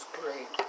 great